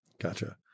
Gotcha